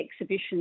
exhibition